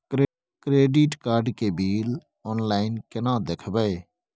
Credit card के bill online केना देखबय?